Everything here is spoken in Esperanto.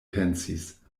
pensis